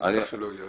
מה שלא יהיה,